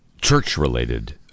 church-related